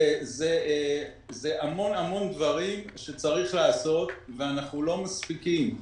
אלו המון דברים שצריך לעשות, ואנחנו לא מספיקים.